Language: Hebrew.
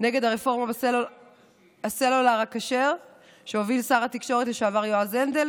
נגד הרפורמה בסלולר הכשר שהוביל שר התקשורת לשעבר יועז הנדל.